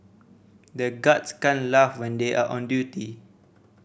the guards can't laugh when they are on duty